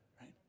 right